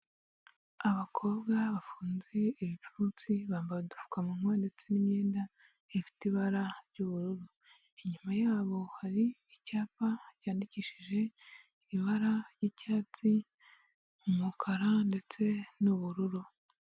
Abakobwa bafunze ibipfunsi bambaye udupfukamunwa ndetse n'imyenda ifite ibara ry'ubururu, inyuma yabo hari icyapa cyandikishije ibara ry'icyatsi, umukara ndetse n'ubururu.